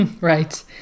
Right